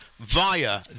Via